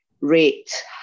rate